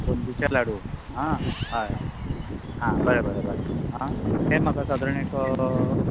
बुंदीचे लाडू आं हय हय आं बरें बरें बरें आं ते म्हाका सादारण एक